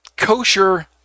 Kosher